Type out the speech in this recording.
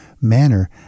manner